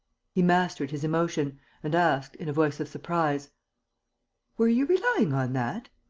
he mastered his emotion and asked, in a voice of surprise were you relying on that?